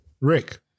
Rick